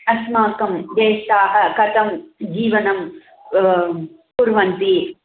अस्माकं ज्येष्ठाः कथं जीवनं कुर्वन्ति